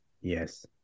yes